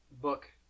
book